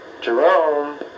Jerome